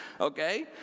okay